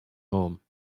home